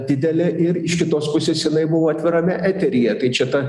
didelė ir iš kitos pusės jinai buvo atvirame eteryje tai čia ta